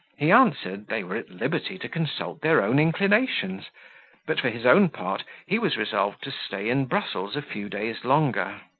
he answered, they were at liberty to consult their own inclinations but, for his own part, he was resolved to stay in brussels a few days longer.